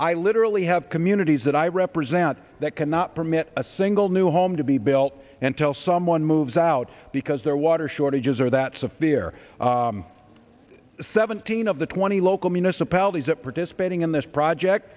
i literally have communities that i represent that cannot permit a single new home to be built until someone moves out because their water shortages are that severe seventeen of the twenty local municipalities that participating in this project